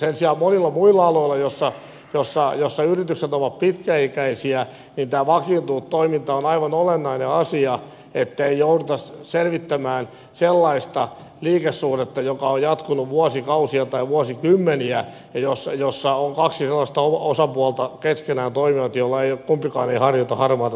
sen sijaan monilla muilla aloilla joilla yritykset ovat pitkäikäisiä tämä vakiintunut toiminta on aivan olennainen asia ettei jouduta selvittämään sellaista liikesuhdetta joka on jatkunut vuosikausia tai vuosikymmeniä ja jossa on kaksi sellaista osapuolta keskenään toiminut joista kumpikaan ei harjoita harmaata taloutta